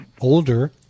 older